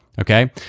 okay